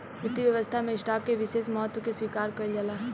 वित्तीय व्यवस्था में स्टॉक के विशेष महत्व के स्वीकार कईल जाला